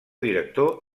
director